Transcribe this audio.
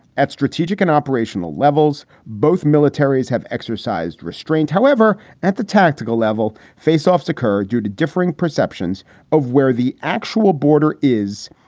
at strategic and operational levels, both militaries have exercised restraint. however, at the tactical level, face offs occur due to differing perceptions of where the actual border is.